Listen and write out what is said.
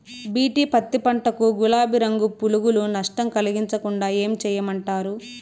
BT పత్తి పంట కు, గులాబీ రంగు పులుగులు నష్టం కలిగించకుండా ఏం చేయమంటారు?